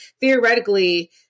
theoretically